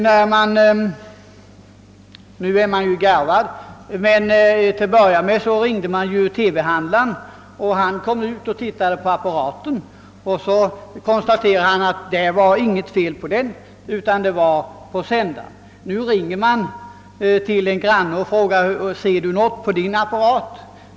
Nu är man garvad, men till en början ringde man TV-handlaren som kom och tittade på apparaten. Så konstaterade han att det var inget fel på denna utan det berodde på sändaren. Nu ringer man till en granne och frågar om han ser något på sin apparat.